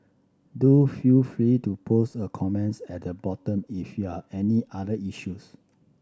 do feel free to post a comments at the bottom if you are any other issues